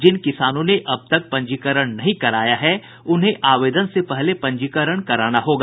जिन किसानों ने अब तक पंजीकरण नहीं कराया है उन्हें आवेदन से पहले पंजीकरण कराना होगा